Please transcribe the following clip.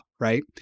right